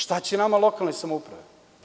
Šta će nama lokalne samouprave?